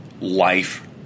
life